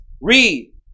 Read